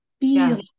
feel